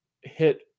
Hit